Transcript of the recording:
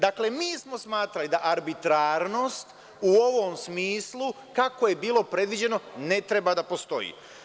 Dakle, mi smo smatrali da arbitrarnost u ovom smislu, kako je bilo predviđeno, ne treba da postoji.